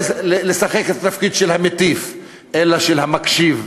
לשחק את התפקיד של המטיף אלא של המקשיב,